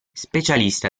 specialista